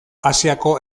asiako